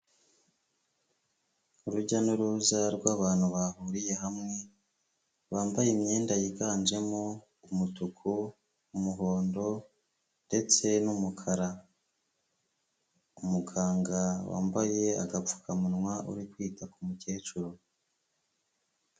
Urujya n'uruza rw'abantu bahuriye hamwe bambaye imyenda yiganjemo umutuku, umuhondo ndetse n'umukara. Umuganga wambaye agapfukamunwa uri kwita ku mukecuru.